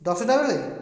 ଦଶଟା ବେଳେ